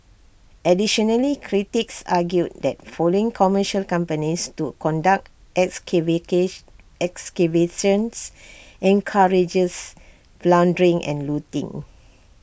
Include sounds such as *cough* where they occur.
additionally critics argued that following commercial companies to conduct *unintelligible* excavations encourages plundering and looting